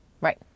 Right